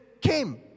came